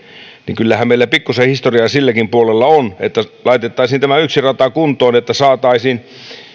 niin kyllähän meillä pikkusen historiaa silläkin puolella on että laitettaisiin tämä yksi rata kuntoon